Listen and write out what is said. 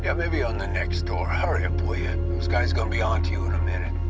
yeah maybe on the next tour. hurry up will ya? these guys gonna be on to you in a minute.